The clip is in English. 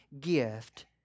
gift